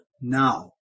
now